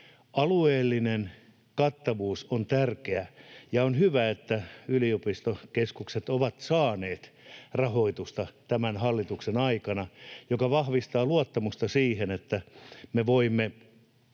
Alueellinen kattavuus on tärkeä, ja on hyvä, että yliopistokeskukset ovat saaneet rahoitusta tämän hallituksen aikana, mikä vahvistaa luottamusta siihen, että me voimme